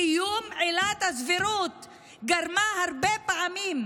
קיום עילת הסבירות גרמה הרבה פעמים,